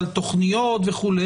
על תוכניות וכו',